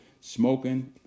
smoking